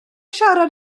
siarad